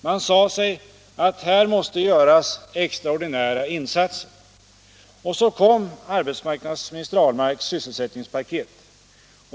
Man sade sig att här måste till extraordinära insatser, och så kom arbetsmarknadsminister Ahlmarks sysselsättningspaket.